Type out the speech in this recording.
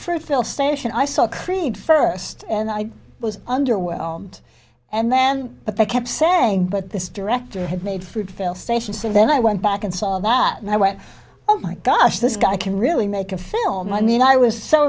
station i saw creed first and i was underwhelmed and then but they kept saying but this director had made food fill station so then i went back and saw that and i went oh my gosh this guy can really make a film i mean i was so